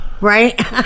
right